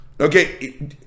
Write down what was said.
Okay